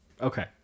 okay